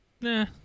Nah